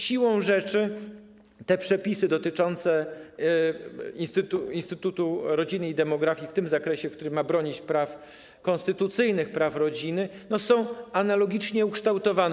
Siłą rzeczy te przepisy dotyczące instytutu rodziny i demografii w tym zakresie, w którym ma bronić praw, konstytucyjnych praw rodziny, są analogicznie ukształtowane.